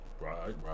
Right